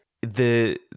The-